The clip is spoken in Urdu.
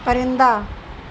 پرندہ